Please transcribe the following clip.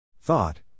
Thought